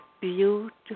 beautiful